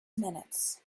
minutes